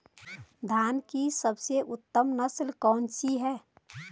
धान की सबसे उत्तम नस्ल कौन सी है?